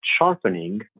sharpening